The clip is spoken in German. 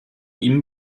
ihm